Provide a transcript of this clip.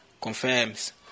confirms